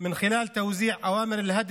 ממשלת ההרס